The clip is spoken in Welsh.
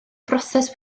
broses